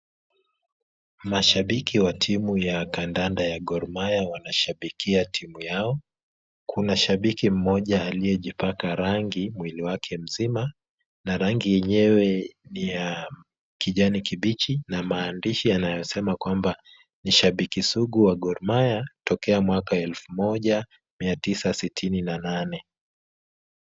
Mashabiki wa timu ya kandanda ya Gor Mahia wanashabikia timu yao, kuna shabiki mmoja aliye jipaka rangi, mwili wake nzima, na rangi yenyewe ni ya kijani kibichi na maandishi yanayosema kwamba nishabiki sugu wa Gor Mahia tokea mwaka 1998.